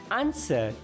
answer